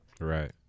Right